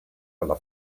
alla